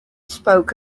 spoke